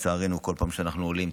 לצערנו בכל פעם שאנחנו עולים,